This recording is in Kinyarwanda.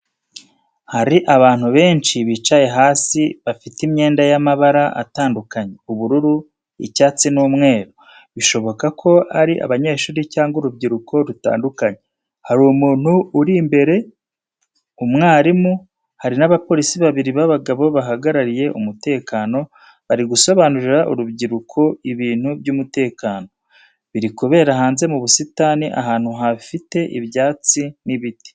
Hari abantu benshi bicaye hasi, bafite imyenda y’amabara atandukanye: ubururu, icyatsi n'umweru, bishoboka ko ari abanyeshuri cyangwa urubyiruko rutandukanye. Hari umuntu uri imbere, umwarimu, hari n’abapolisi babiri b'abagabo bahagarariye umutekano, bari gusobanurira urubyiruko ibintu by’umutekano. Biri kubera hanze mu busitani, ahantu hafite ibyatsi n’ibiti.